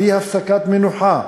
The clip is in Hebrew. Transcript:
בלי הפסקת מנוחה,